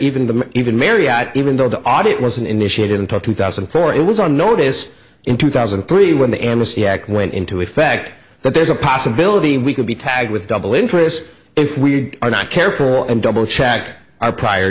even them even marianne even though the audit wasn't initiated until two thousand and four it was on notice in two thousand and three when the amnesty act went into effect that there's a possibility we could be tagged with double interest if we are not careful and double check our prior